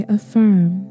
affirm